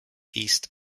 east